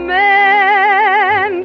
men